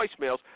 voicemails